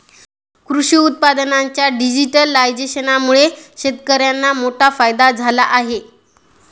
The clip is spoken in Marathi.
कृषी उत्पादनांच्या डिजिटलायझेशनमुळे शेतकर्यांना मोठा फायदा झाला आहे